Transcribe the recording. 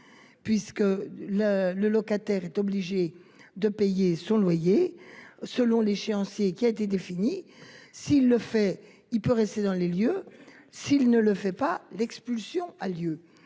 Puisque le le locataire est obligé de payer son loyer. Selon l'échéancier qui a été défini. S'il le fait il peut rester dans les lieux. S'il ne le fait pas. L'expulsion a lieu